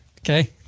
Okay